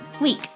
week